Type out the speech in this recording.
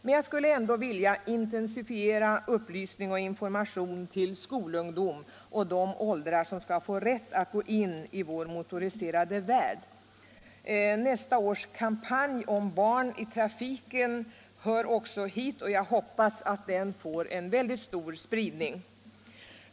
Men jag skulle ändå vilja intensifiera upplysning och information till skolungdom och till de unga människor som skall få rätt att gå in i vår motoriserade värld. Nästa års kampanj om barn i trafiken hör också hit, och jag hoppas den får stor anslutning.